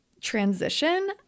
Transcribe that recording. transition